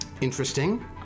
Interesting